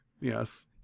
Yes